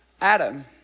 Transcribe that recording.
Adam